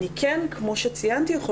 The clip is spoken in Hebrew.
כמו שציינתי,